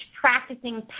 practicing